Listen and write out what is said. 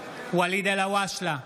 ואליד אלהואשלה,